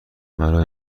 مرا